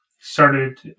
started